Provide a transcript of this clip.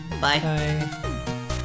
Bye